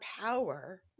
power